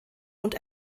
und